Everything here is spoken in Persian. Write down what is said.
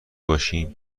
باشیم